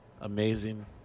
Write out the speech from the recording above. amazing